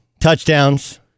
touchdowns